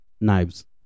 Knives